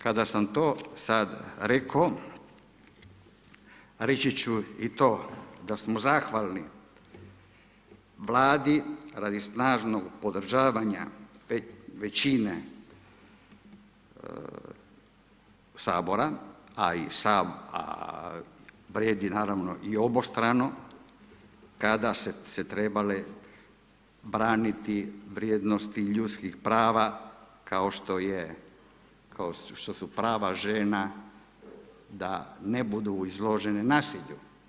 Kada sam to sad rekao, reći ću i to da smo zahvalni Vladi radi snažnog podržavanja većine Sabora a vrijedi naravno i obostrano kada su se trebale braniti vrijednosti ljudskih prava kao što su prava žena da ne budu izložene nasilju.